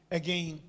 again